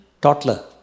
toddler